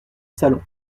salon